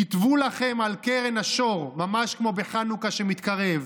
כתבו לכם על קרן השור, ממש כמו בחנוכה שמתקרב,